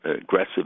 aggressive